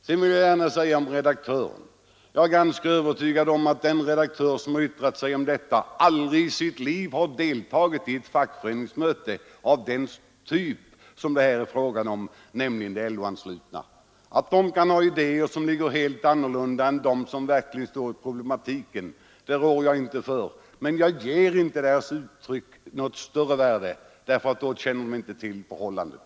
Sedan vill jag gärna säga att jag är ganska övertygad om att den redaktör som här åberopats och som yttrat sig om detta aldrig i sitt liv har deltagit i ett fackföreningsmöte av den typ som det här är fråga om, nämligen inom de LO-anslutna fackföreningarna. Att sådana personer kan ha idéer som är helt annorlunda än de synpunkter som verkligen gäller problematiken rår jag inte för, och jag tillmäter inte deras uttalanden något större värde, för de känner inte till förhållandena.